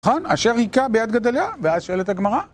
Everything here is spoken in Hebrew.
כאן, אשר היכה ביד גדליה, ואז שואלת הגמרא